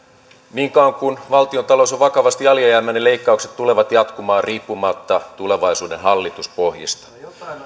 niin kauan kuin valtiontalous on vakavasti alijäämäinen leik kaukset tulevat jatkumaan riippumatta tulevaisuuden hallituspohjista